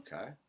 Okay